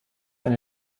ein